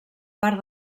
part